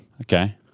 okay